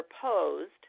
proposed